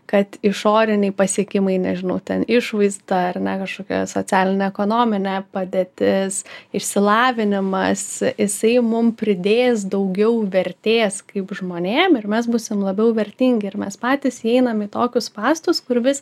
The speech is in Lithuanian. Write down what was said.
kad išoriniai pasiekimai nežinau ten išvaizda ar ne kažkokia socialinė ekonominė padėtis išsilavinimas jisai mum pridės daugiau vertės kaip žmonėm ir mes būsim labiau vertingi ir mes patys įeinam į tokius spąstus kur vis